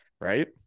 right